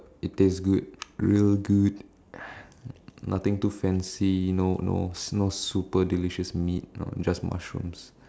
it taste good real good nothing too fancy no no no super delicious meat just mushrooms